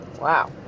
Wow